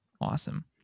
Awesome